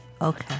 Okay